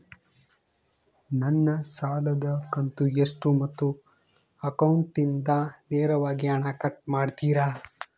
ನನ್ನ ಸಾಲದ ಕಂತು ಎಷ್ಟು ಮತ್ತು ಅಕೌಂಟಿಂದ ನೇರವಾಗಿ ಹಣ ಕಟ್ ಮಾಡ್ತಿರಾ?